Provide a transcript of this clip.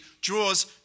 draws